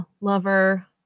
lover